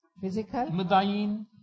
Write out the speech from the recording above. physical